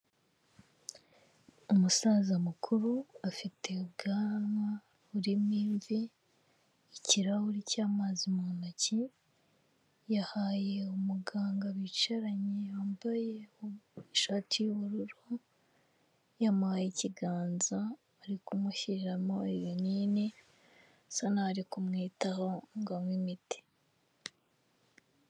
Umusaza mukuru afite ubwanwa burimo imvi, ikirahuri cy'amazi mu ntoki. Yahaye umuganga bicaranye wambaye ishati y'ubururu, yamuhaye ikiganza ari kumushyiriramo ibinini, bisa n'aho ari kumwitaho ngo anywe imiti.